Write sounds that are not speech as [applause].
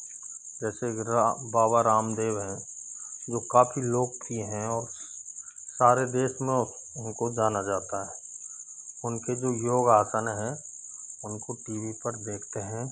जैसे [unintelligible] बाबा रामदेव हैं जो काफ़ी लोकप्रिय है और सारे देश में उनको जाना जाता है उनके जो योग आसन है उनको टी वी पर देखते हैं